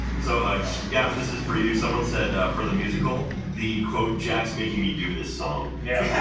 so i gavin this is for you someone said for the musical the quote jack's making me do this song yeah